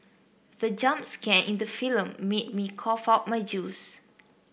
the jump scare in the film made me cough out my juice